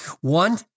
One